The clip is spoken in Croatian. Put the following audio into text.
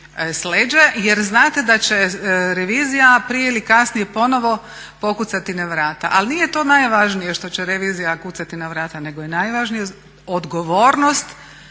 Jer znate da će revizija prije ili kasnije ponovno pokucati na vrata. Ali nije to najvažnije što će revizija kucati na vrata nego je najvažnija odgovornost